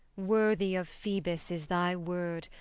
worthy of phoebus is thy word,